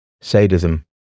sadism